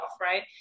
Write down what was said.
right